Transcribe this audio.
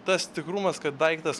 tas tikrumas kad daiktas